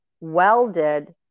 welded